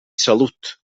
salut